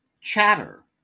Chatter